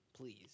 please